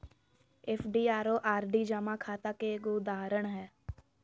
FD आरो RD जमा खाता के एगो उदाहरण हय